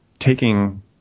taking